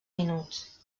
minuts